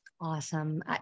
Awesome